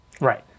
Right